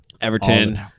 Everton